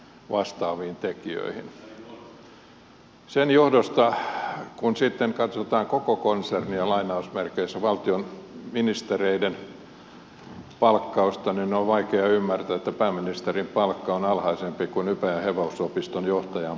sen johdosta kun sitten katsotaan koko konsernia valtion ministereiden palkkausta on vaikea ymmärtää että pääministerin palkka on alhaisempi kuin ypäjän hevosopiston johtajan palkka